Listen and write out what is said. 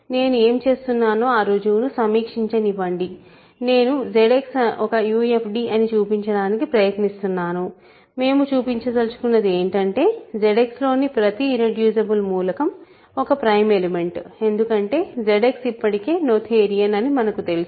నేను ఏమి చేస్తున్నానో ఆ రుజువును సమీక్షించనివ్వండి నేను ZX ఒక UFD అని చూపించడానికి ప్రయత్నిస్తున్నాను మేము చూపించదలచుకున్నది ఏమిటంటే ZX లోని ప్రతి ఇర్రెడ్యూసిబుల్ మూలకం ఒక ప్రైమ్ ఎలిమెంట్ ఎందుకంటే ZX ఇప్పటికే నోథేరియన్ అని మనకు తెలుసు